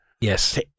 Yes